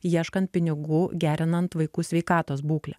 ieškant pinigų gerinant vaikų sveikatos būklę